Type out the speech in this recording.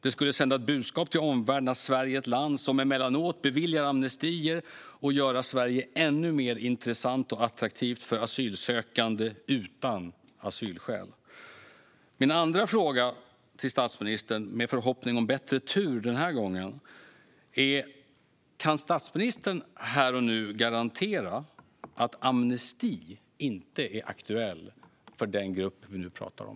Det skulle sända ett budskap till omvärlden att Sverige är ett land som emellanåt beviljar amnestier och göra Sverige ännu mer intressant och attraktivt för asylsökande utan asylskäl. Min andra fråga till statsministern, med förhoppning om bättre tur den här gången, är: Kan statsministern här och nu garantera att amnesti inte är aktuell för den grupp vi nu pratar om?